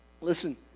Listen